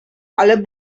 ale